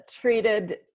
treated